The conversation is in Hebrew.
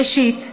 ראשית,